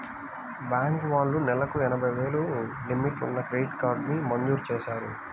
bank వాళ్ళు నెలకు ఎనభై వేలు లిమిట్ ఉన్న క్రెడిట్ కార్డుని మంజూరు చేశారు